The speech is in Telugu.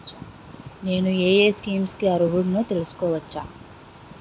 నేను యే యే స్కీమ్స్ కి అర్హుడినో తెలుసుకోవచ్చా?